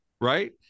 right